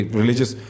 religious